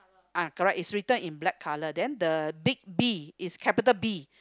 ah correct it's written in black colour then the big B is capital B